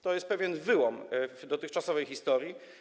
To jest pewien wyłom w dotychczasowej historii.